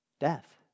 Death